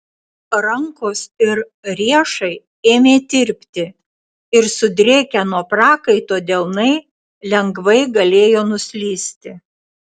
rankos ir riešai ėmė tirpti ir sudrėkę nuo prakaito delnai lengvai galėjo nuslysti